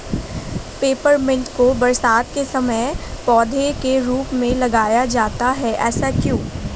Peppermint को बरसात के समय पौधे के रूप में लगाया जाता है ऐसा क्यो?